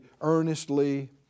earnestly